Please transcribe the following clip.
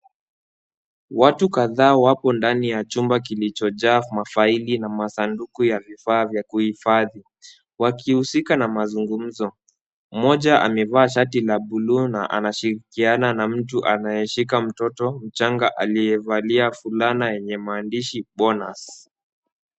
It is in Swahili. Watu kadhaa wako ndani ya chumba kilichojaa mafaili na masanduku ya vifaa vya kuhifadhi wakihusika na mazungumzo. Mmoja amevaa shati la bluu na anashirikiana na mtu anayeshika mtoto mchanga aliyevalia fulana yenye maandishi bonus .